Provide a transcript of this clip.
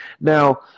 Now